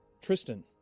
tristan